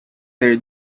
there